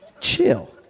Chill